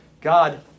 God